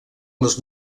les